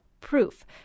proof